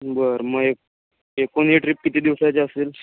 बरं मग एक एकूण या ट्रीप किती दिवसाची असेल